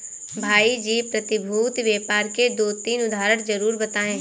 भाई जी प्रतिभूति व्यापार के दो तीन उदाहरण जरूर बताएं?